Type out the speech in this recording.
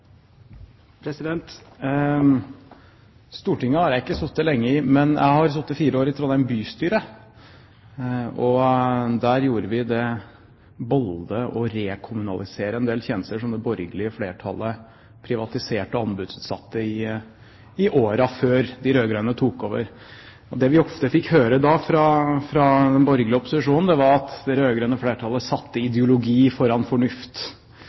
har ikke sittet lenge på Stortinget, men jeg har sittet fire år i Trondheim bystyre. Der gjorde vi det bolde å rekommunalisere en del tjenester, som det borgerlige flertallet privatiserte og anbudsutsatte i årene før de rød-grønne tok over. Det vi ofte fikk høre da fra den borgerlige opposisjonen, var at det rød-grønne flertallet satte ideologi foran fornuft,